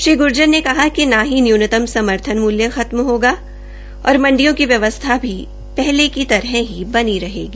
श्री गूर्जर ने कहा कि न ही न्यूनतम समर्थन मूल्य खत्म होगा और मंडियों की व्यवस्था भी पहले की तरह ही बनी रहेगी